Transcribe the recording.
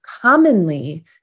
commonly